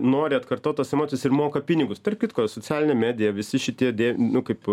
nori atkartot tas emocijas ir moka pinigus tarp kitko socialinė medija visi šitie dė nu kaip